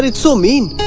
but so mean.